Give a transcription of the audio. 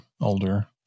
older